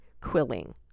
quilling